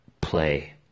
play